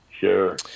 Sure